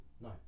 No